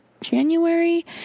January